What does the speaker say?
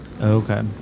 Okay